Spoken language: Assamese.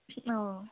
অঁ